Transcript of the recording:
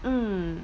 mm